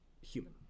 human